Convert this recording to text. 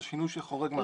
זה שינוי שחורג מהחוק הזה.